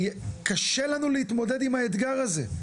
קשה לנו להתמודד עם האתגר הזה,